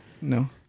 No